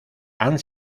han